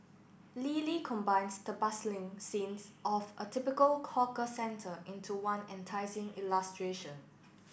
Lily combines the bustling scenes of a typical hawker centre into one enticing illustration